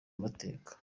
amateka